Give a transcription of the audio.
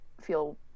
feel